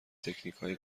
تکنیکهای